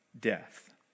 death